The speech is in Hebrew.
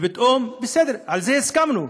ופתאום, בסדר, על זה הסכמנו.